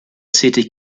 city